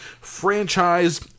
franchise